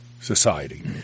society